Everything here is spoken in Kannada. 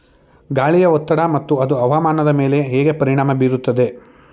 ಗಾಳಿಯ ಒತ್ತಡ ಮತ್ತು ಅದು ಹವಾಮಾನದ ಮೇಲೆ ಹೇಗೆ ಪರಿಣಾಮ ಬೀರುತ್ತದೆ?